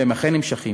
והם אכן נמשכים,